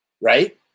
Right